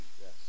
Yes